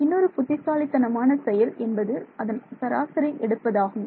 இன்னொரு புத்திசாலித்தனமான செயல் என்பது அதன் சராசரி எடுப்பதாகும்